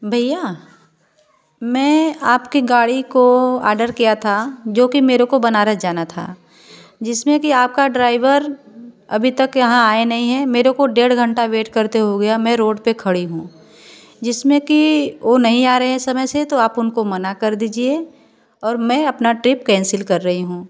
भैया मैं आपके गाड़ी को ऑर्डर किया था जो कि मेरे को बनारस जाना था जिसमें कि आपका ड्राइवर अभी तक यहाँ आए नहीं है मेरे को डेढ़ घंटा वेट करते हो गया मैं रोड पर खड़ी हूँ जिसमें कि वह नहीं आ रहे हैं समय से तो आप उनको मना कर दीजिए और मैं अपना ट्रिप कैंसिल कर रही हूँ